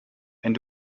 wenn